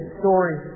story